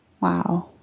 Wow